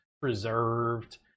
preserved